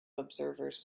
observers